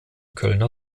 kölner